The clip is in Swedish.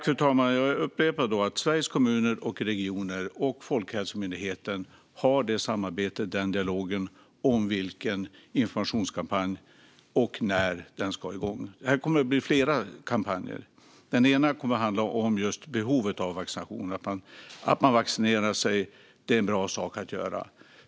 Fru talman! Jag upprepar att Sveriges Kommuner och Regioner och Folkhälsomyndigheten har det samarbetet, den dialogen, om vilken informationskampanj som ska igång och när. Det kommer att bli flera kampanjer. En kommer att handla om behovet av vaccination, att vaccinera sig är en bra sak att göra.